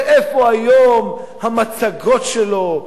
ואיפה היום המצגות שלו,